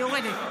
אני יורדת.